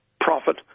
profit